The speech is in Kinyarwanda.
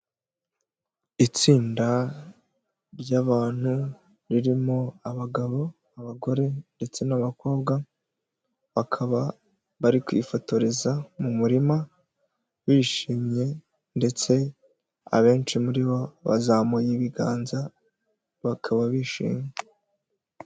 Itsinda ry'abantu ririmo abagabo, abagore ndetse n'abakobwa. Bakaba bari kwifotoreza mu murima bishimye ndetse abenshi muri bo bazamuye ibiganza bakaba bishimye.